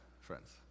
friends